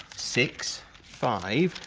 six, five,